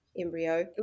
embryo